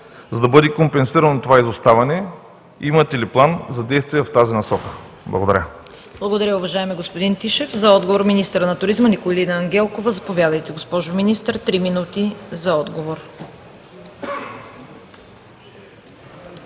за да бъде компенсирано това изоставане? Имате ли план за действие в тази насока? Благодаря.